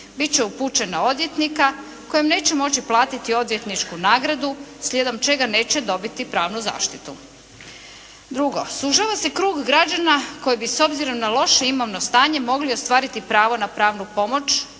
Bit će upućen na odvjetnika kojem neće moći platiti odvjetničku nagradu slijedom čega neće dobiti pravnu zaštitu. Drugo, sužava se krug građana koji bi s obzirom na loše imovno stanje mogli ostvariti pravo na pravnu pomoć